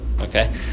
Okay